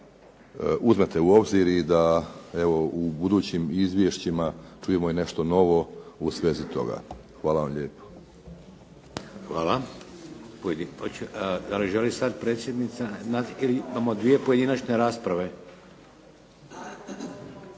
uzmete u obzir i da evo u budućim izvješćima čujemo i nešto novo u svezi toga. Hvala vam lijepo.